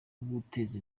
guteza